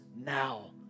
now